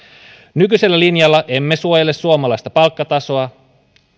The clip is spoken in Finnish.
nykyisellä linjalla emme suojele suomalaista palkkatasoa